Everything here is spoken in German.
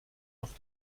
noch